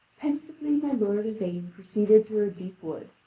pensively my lord yvain proceeded through a deep wood,